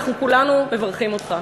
אנחנו כולנו מברכים אותך.